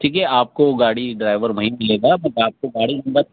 ٹھیک ہے آپ کو گاڑی ڈرائیور وہیں ملے گا میں آپ کو گاڑی نمبر